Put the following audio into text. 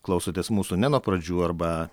klausotės mūsų ne nuo pradžių arba